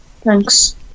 Thanks